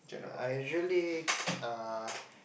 I usually uh